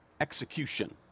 execution